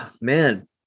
man